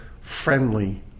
friendly